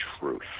truth